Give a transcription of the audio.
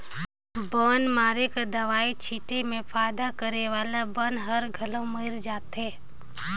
बन मारे कर दवई छीटे में फायदा करे वाला बन हर घलो मइर जाथे